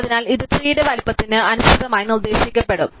അതിനാൽ ഇത് ട്രീടെ വലുപ്പത്തിന് അനുസൃതമായി നിർദ്ദേശിക്കപ്പെടും